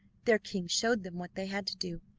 their king showed them what they had to do,